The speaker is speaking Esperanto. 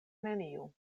neniu